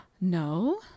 No